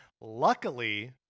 Luckily